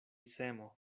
semo